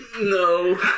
No